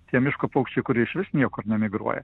tie miško paukščiai kurie išvis niekur nemigruoja